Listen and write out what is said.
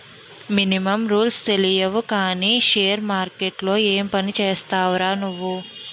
Minimum రూల్సే తెలియవు కానీ షేర్ మార్కెట్లో ఏం పనిచేస్తావురా నువ్వు?